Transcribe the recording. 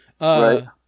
Right